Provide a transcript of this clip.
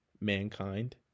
mankind